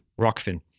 Rockfin